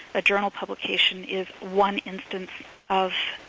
a journal publication, is one instance of